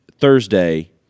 Thursday